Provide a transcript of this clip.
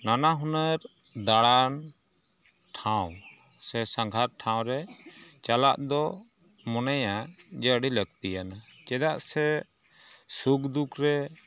ᱱᱟᱱᱟ ᱦᱩᱱᱟᱹᱨ ᱫᱟᱬᱟᱱ ᱴᱷᱟᱶ ᱥᱮ ᱥᱟᱸᱜᱷᱟᱨ ᱴᱷᱟᱶᱨᱮ ᱪᱟᱞᱟᱜ ᱫᱚ ᱢᱚᱱᱮᱭᱟ ᱡᱮ ᱟᱹᱰᱤ ᱞᱟᱹᱠᱛᱤᱭᱟᱱᱟ ᱪᱮᱫᱟᱜ ᱥᱮ ᱥᱩᱠᱼᱫᱩᱠᱨᱮ